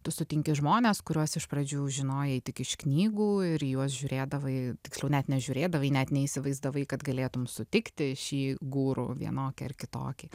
tu sutinki žmones kuriuos iš pradžių žinojai tik iš knygų ir juos žiūrėdavai tiksliau net nežiūrėdavai net neįsivaizdavai kad galėtum sutikti šį guru vienokį ar kitokį